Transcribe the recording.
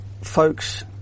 folks